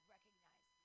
recognize